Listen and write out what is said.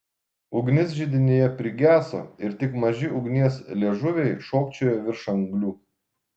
ugnis židinyje prigeso ir tik maži ugnies liežuviai šokčiojo virš anglių